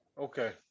Okay